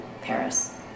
Paris